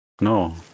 No